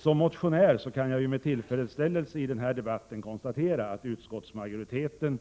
Som motionär kan jag med tillfredsställelse konstatera att utskottsmajoriteten,